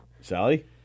Sally